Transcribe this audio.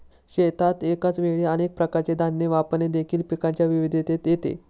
शेतात एकाच वेळी अनेक प्रकारचे धान्य वापरणे देखील पिकांच्या विविधतेत येते